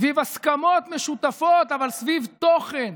סביב הסכמות משותפות, אבל סביב תוכן.